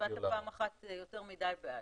הצבעת פעם אחת יותר מדי בעד.